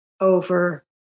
over